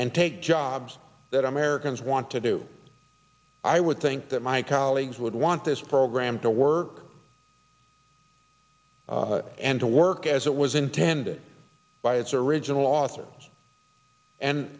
and take jobs that americans want to do i would think that my colleagues i would want this program to work and to work as it was intended by its original authors and